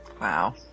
Wow